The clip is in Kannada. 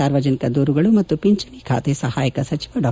ಸಾರ್ವಜನಿಕ ದೂರುಗಳು ಮತ್ತು ಪಿಂಚಣಿ ಖಾತೆ ಸಹಾಯಕ ಸಚಿವ ಡಾ